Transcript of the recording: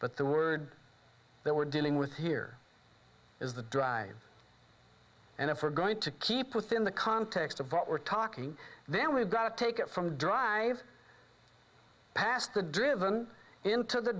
but the word that we're dealing with here is the drive and if we're going to keep within the context of what we're talking then we've got to take it from drive past the driven into the